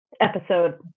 episode